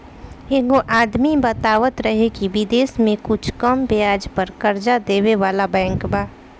एगो आदमी बतावत रहे की बिदेश में कुछ कम ब्याज पर कर्जा देबे वाला बैंक बा